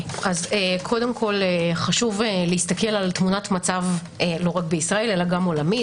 חשוב להסתכל על תמונת מצב לא רק בישראל אלא גם עולמית.